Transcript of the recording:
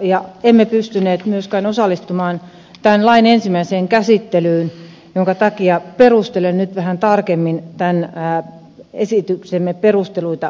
ja emme pystyneet myöskään osallistumaan tämän lain ensimmäiseen käsittelyyn minkä takia perustelen nyt vähän tarkemmin tämän esityksemme perusteluita liittyen hylkyyn